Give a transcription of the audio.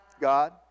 God